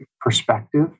perspective